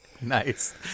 Nice